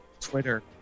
Twitter